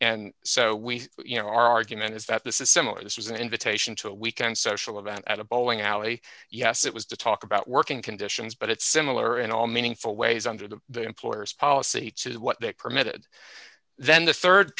and so we you know our argument is that this is similar this is an invitation to a weekend social event at a bowling alley yes it was to talk about working conditions but it's similar in all meaningful ways under the the employer's policy is what that permitted then the